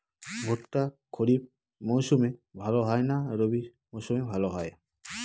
ভুট্টা খরিফ মৌসুমে ভাল হয় না রবি মৌসুমে ভাল হয়?